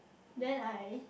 then I